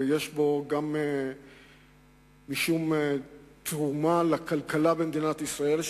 ויש בו גם משום תרומה לכלכלה במדינת ישראל,